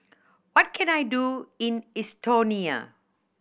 what can I do in Estonia